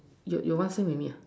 your your one same with me ah